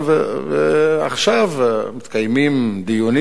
ועכשיו מתקיימים דיונים,